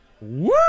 Woo